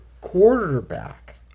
quarterback